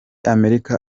amerika